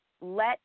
Let